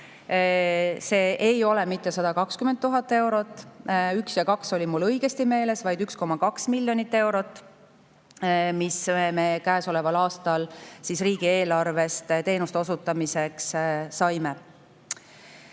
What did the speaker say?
See ei ole mitte 120 000 eurot – numbrid 1 ja 2 olid mul õigesti meeles –, vaid 1,2 miljonit eurot, mis me käesoleval aastal riigieelarvest nende teenuste osutamiseks saime.